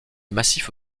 massif